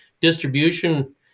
distribution